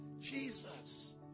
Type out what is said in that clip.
Jesus